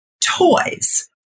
toys